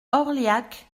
orliac